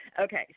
okay